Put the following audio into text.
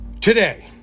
Today